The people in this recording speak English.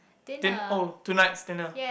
didn't oh tonight dinner